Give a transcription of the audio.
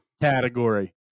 category